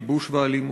כיבוש ואלימות?